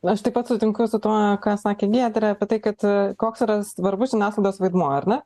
aš taip pat sutinku su tuo ką sakė giedrė apie tai kad koks yra svarbus žiniasklaidos vaidmuo ar ne